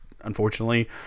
unfortunately